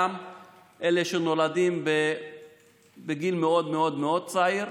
גם אלה שנולדים בגיל מאוד מאוד צעיר,